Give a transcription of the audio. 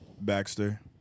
Baxter